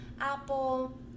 Apple